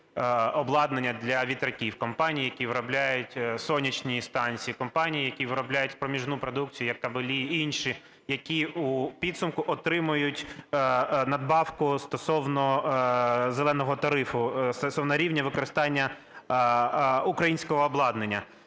обладнання для вітряків, компанії, які виробляють сонячні станції, компанії, які виробляють проміжну продукцію як кабелі і інші, які у підсумку отримують надбавку стосовно "зеленого" тарифу, стосовно рівня використання українського обладнання.